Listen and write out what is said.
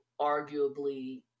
arguably